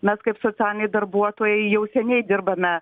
mes kaip socialiniai darbuotojai jau seniai dirbame